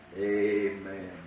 Amen